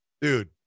dude